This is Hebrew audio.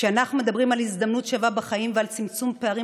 כשאנחנו מדברים על הזדמנות שווה בחיים ועל צמצום פערים